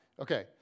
Okay